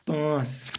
پانٛژھ